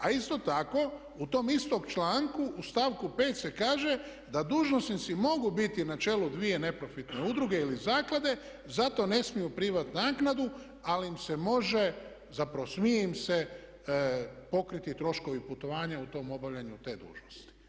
A isto tako u tom istom članku u stavku 5. se kaže da dužnosnici mogu biti na čelu dvije neprofitne udruge ili zaklade i za to ne smiju primati naknadu ali im se može zapravo smije im se pokriti troškove putovanja u tom obavljanju te dužnosti.